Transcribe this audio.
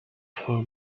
her